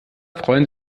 freuen